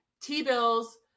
T-bills